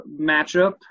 matchup